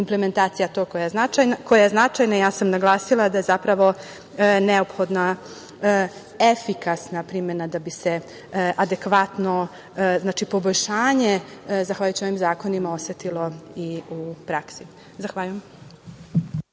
implementacija ta koja je značajna. Ja sam naglasila da je zapravo neophodna efikasna primena da bi se adekvatno, znači poboljšanje zahvaljujući ovim zakonima, osetilo i u praksi. Zahvaljujem.